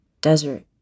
desert